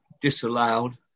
disallowed